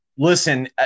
Listen